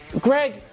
Greg